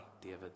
David